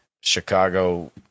chicago